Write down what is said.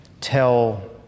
tell